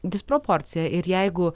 disproporciją ir jeigu